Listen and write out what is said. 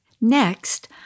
Next